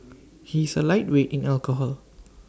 he is A lightweight in alcohol